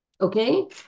Okay